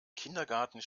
kindergarten